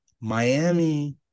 Miami